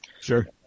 Sure